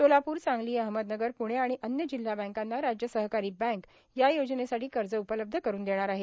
सोलापूर सांगली अहमदनगर पुणे आणि अन्य जिल्हा बँकांना राज्य सहकारी बँक या योजनेसाठी कर्ज उपलब्ध कठ्ठन देणार आहे